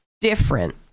different